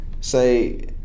say